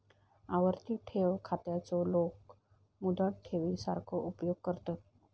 आवर्ती ठेव खात्याचो लोक मुदत ठेवी सारखो उपयोग करतत